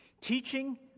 Teaching